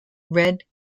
red